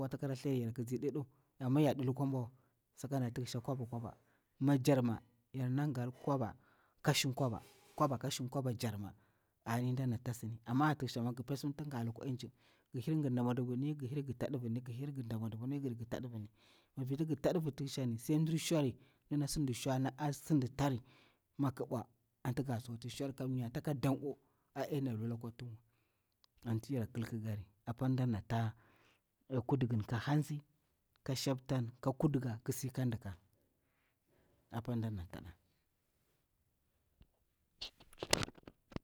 Wata amma yarɗi lukwa bwa wa sakati tiksha kwaba kwaba ni jarma yar na gal kwaba ka shin kwaba, ani ɗana tasni amma tiksha nda dina taswa, mi gir pesimta tin ga lukwa injin, mi gi hir ngi dati mwadubu ngi hir ngi ta divirni, mivirti ngi ta ɗivir tikshani sai mdir shauri, sai mdina sin tari na a shauri kamaya taka danko, mi ƙi bwa anti nga tsokti shauri kamnya taka danko anti yar kil kikari. Apani anti ɗana ta'a kudikin ka shamptang ka hatzi kisi ka ɗika, apani ti nɗana taɗa.